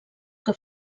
que